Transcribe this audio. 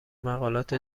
مقالات